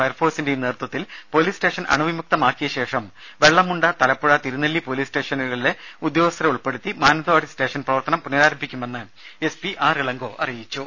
ഫയർഫോഴ്സിന്റെയും നേതൃത്വത്തിൽ police station അണുവിമുക്തമാക്കിയ ശേഷം വെള്ളമുണ്ട തലപ്പുഴ തിരുനെല്ലി പൊലീസ് സ്റ്റേഷനുകളിലെ പൊലീസുദ്യോഗസ്ഥരെ ഉൾപ്പെടുത്തി മാനന്തവാടി സ്റ്റേഷൻ പ്രവർത്തനം പുനഃരാരംഭിക്കുമെന്ന് എസ് പി ആർ ഇളങ്കോ അറിയിച്ചു